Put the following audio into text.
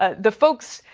ah the folks,